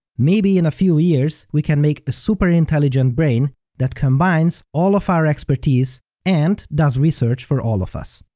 maybe in a few years, we can make a superintelligent brain that combines all of our expertise and does research for all of us.